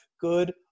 Good